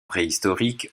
préhistoriques